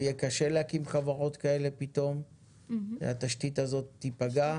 יהיה קשה להקים חברות כאלה פתאום אם התשתית הזאת תיפגע.